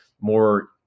more